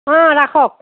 অ' ৰাখক